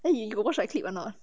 then 你有 watch my clip or not